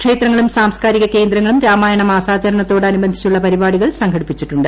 ക്ഷേത്രങ്ങളും സ്പാപ്പ്സ്കാരിക കേന്ദ്രങ്ങളും രാമായണമാസാചരണത്തോട് അറ്റുബ്ന്ധിച്ചുളള പരിപാടികൾ സംഘടിപ്പിച്ചിട്ടുണ്ട്